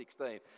2016